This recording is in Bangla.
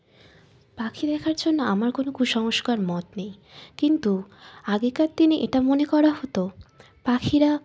পাখি দেখার জন্য আমার কোনো কুসংস্কার মত নেই কিন্তু আগেকার দিনে এটা মনে করা হতো পাখিরা